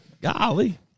Golly